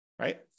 right